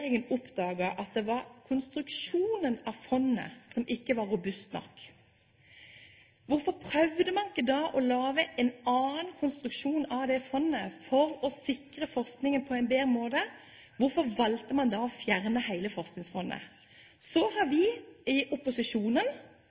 regjeringen oppdaget at det var konstruksjonen av fondet som ikke var robust nok, hvorfor prøvde man ikke da å lage en annen konstruksjon av det fondet, for å sikre forskningen på en bedre måte? Hvorfor valgte man da å fjerne hele Forskningsfondet? Så har vi i opposisjonen